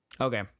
okay